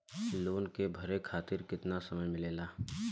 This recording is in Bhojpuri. लोन के भरे खातिर कितना समय मिलेला?